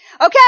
Okay